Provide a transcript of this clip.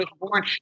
born